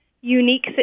unique